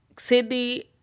sydney